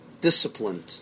disciplined